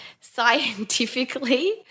scientifically